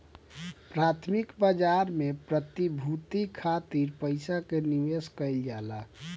प्राथमिक बाजार में प्रतिभूति खातिर पईसा के निवेश कईल जाला